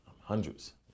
Hundreds